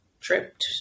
tripped